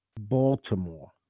Baltimore